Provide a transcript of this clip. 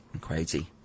Crazy